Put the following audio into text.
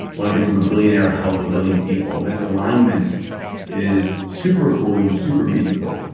wanna become a billionaire, help a billion people. and that alignment is super cool and super meaningful